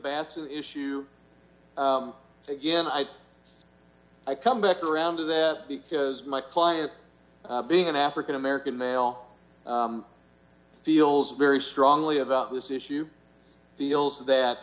bass issue again i i come back around to that because my client being an african american male feels very strongly about this issue deals that